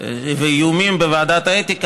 והאיומים בוועדת האתיקה,